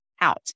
out